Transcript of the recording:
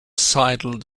sidled